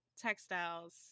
textiles